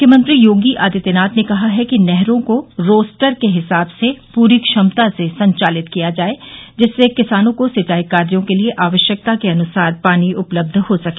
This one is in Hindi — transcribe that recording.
मुख्यमंत्री योगी आदित्यनाथ ने कहा है कि नहरों को रोस्टर के हिसाब से पूरी क्षमता से संचालित किया जाये जिससे किसानों को सिंचाई कार्यो के लिये आवश्यकतानुसार पानी उपलब्ध हो सके